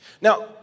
Now